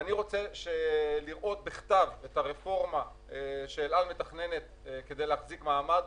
אני רוצה לראות בכתב את הרפורמה שאל על מתכננת כדי להחזיק מעמד,